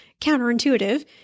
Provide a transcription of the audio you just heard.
counterintuitive